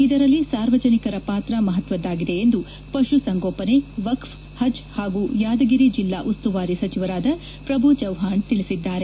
ಇದರಲ್ಲಿ ಸಾರ್ವಜನಿಕರ ಪಾತ್ರ ಮಹತ್ವದ್ದಾಗಿದೆ ಎಂದು ಪಶು ಸಂಗೋಪನೆ ವಕ್ಸ್ ಹಜ್ ಹಾಗೂ ಯಾದಗಿರಿ ಜಿಲ್ಲಾ ಉಸ್ತುವಾರಿ ಸಚಿವರಾದ ಪ್ರಭು ಚವ್ಹಾಣ್ ಅವರು ತಿಳಿಸಿದ್ದಾರೆ